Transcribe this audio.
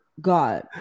God